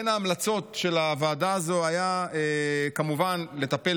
בין ההמלצות של הוועדה הזו היה כמובן לטפל